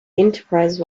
enterprise